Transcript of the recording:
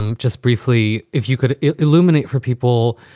um just briefly, if you could illuminate for people.